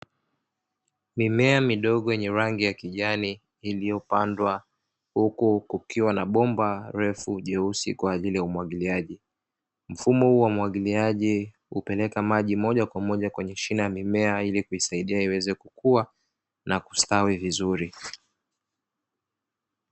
Mimea midogo yenye rangi ya kijani iliyopandwa huku kukiwa na bomba refu jeusi kwa ajili ya umwagiliaji, mfumo wa umwagiliaji hupeleka maji moja kwa moja kwenye shina la mimea ili kuisaidia iweze kukua na kustawi vizuri.